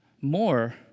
more